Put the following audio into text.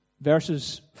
Verses